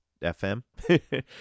FM